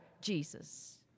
Jesus